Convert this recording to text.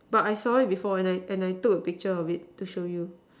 but I saw it before and I and I took a picture of it to show you